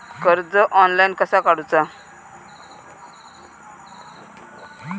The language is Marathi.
कर्ज ऑनलाइन कसा काडूचा?